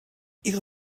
ihre